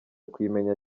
kuyimenya